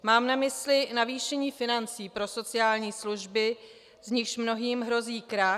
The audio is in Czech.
Mám na mysli navýšení financí pro sociální služby, z nichž mnohým hrozí krach.